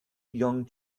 young